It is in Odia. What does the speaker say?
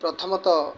ପ୍ରଥମତଃ